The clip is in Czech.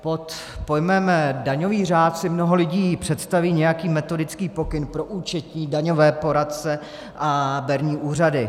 Pod pojmem daňový řád si mnoho lidí představí nějaký metodický pokyn pro účetní, daňové poradce a berní úřady.